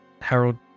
Harold